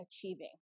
achieving